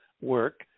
work